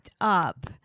up